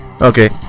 Okay